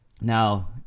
Now